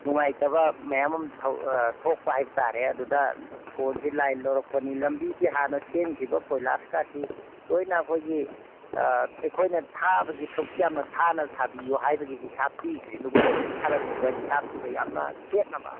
ꯅꯨꯡꯉꯥꯏꯇꯕ ꯃꯌꯥꯝ ꯑꯃ ꯊꯣꯛꯄ ꯍꯥꯏꯕ ꯇꯥꯔꯦ ꯑꯗꯨꯗ ꯐꯣꯟꯁꯤ ꯂꯥꯏꯟ ꯂꯧꯔꯛꯄꯅꯤ ꯂꯝꯕꯤꯁꯤ ꯍꯥꯟꯅ ꯁꯦꯝꯈꯤꯕ ꯀꯣꯏꯂꯥꯁ ꯀꯥꯁꯤ ꯂꯣꯏꯅ ꯑꯩꯈꯣꯏꯒꯤ ꯑꯩꯈꯣꯏꯅ ꯊꯥꯕꯒꯤ ꯁꯨꯛ ꯌꯥꯝꯅ ꯊꯥꯅ ꯊꯥꯕꯤꯎ ꯍꯥꯏꯕꯒꯤ ꯍꯤꯁꯥꯕ ꯄꯤꯈ꯭ꯔꯤꯗꯨꯒ ꯍꯧꯖꯤꯛ ꯊꯥꯔꯝꯃꯤꯕ ꯍꯤꯁꯥꯕꯁꯤꯒ ꯌꯥꯝꯅ ꯈꯦꯠꯅꯕ